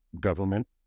government